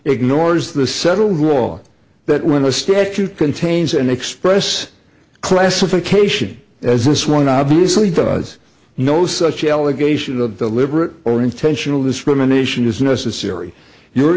ignores the settled law that when a statute contains an express classification as this one obviously does no such allegation of deliberate or intentional discrimination is necessary your